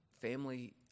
family